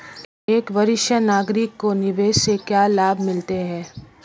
एक वरिष्ठ नागरिक को निवेश से क्या लाभ मिलते हैं?